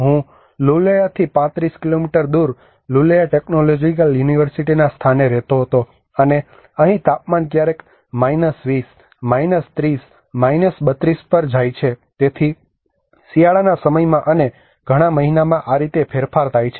હું લુલેઆથી 35 કિલોમીટર દૂર લુલેઆ ટેકનોલોજીકલ યુનિવર્સિટીના સ્થાને રહેતો હતો અને અહીં તાપમાન ક્યારેક 20 30 32 થઈ જાય છે તેથી શિયાળાના સમયમાં અને ઘણા મહિનામાં આ રીતે ફેરફાર થાય છે